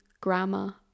grammar